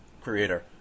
creator